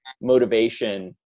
motivation